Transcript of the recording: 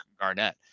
Garnett